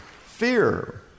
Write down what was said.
fear